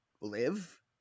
live